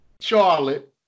Charlotte